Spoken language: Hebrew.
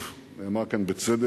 ושוב, נאמר כאן בצדק